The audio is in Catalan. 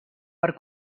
per